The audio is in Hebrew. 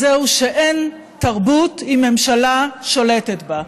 אז זהו, שאין תרבות אם בממשלה שולטת בה.